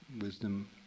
Wisdom